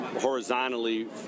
horizontally